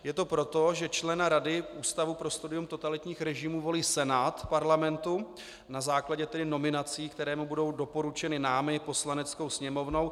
Je to proto, že člena Rady Ústavu pro studium totalitních režimů volí Senát Parlamentu na základě nominací, které mu budou doporučeny námi, Poslaneckou sněmovnou.